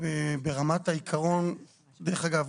דרך אגב,